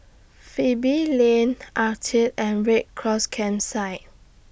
Pebble Lane Altez and Red Cross Campsite